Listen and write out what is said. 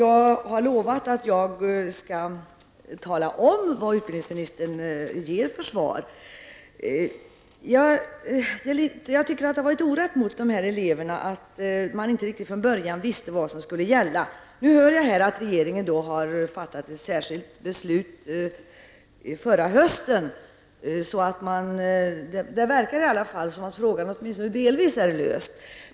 Jag har lovat att jag skall berätta för dem vad utbildningsministern har svarat. Det var orätt mot dessa elever att de inte från början visste riktigt vad som skulle gälla. Nu har jag fått höra att regeringen förra hösten fattade ett särskilt beslut, så det förefaller som att frågan åtminstone delvis är löst.